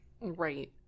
Right